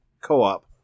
co-op